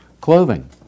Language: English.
Clothing